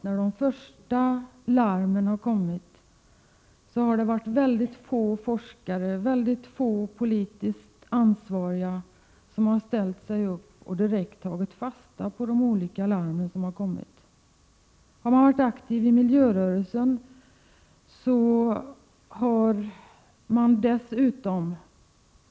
När de första larmen kommer har det alltid varit så, att väldigt få forskare och politiskt ansvariga direkt tagit fasta på dessa.